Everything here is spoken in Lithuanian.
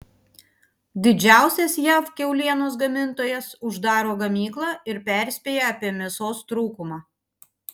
didžiausias jav kiaulienos gamintojas uždaro gamyklą ir perspėja apie mėsos trūkumą